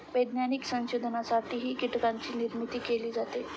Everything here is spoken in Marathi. वैज्ञानिक संशोधनासाठीही कीटकांची निर्मिती केली जाते